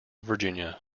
virginia